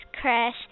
crash